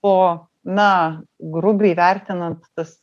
po na grubiai vertinant tas